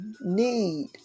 need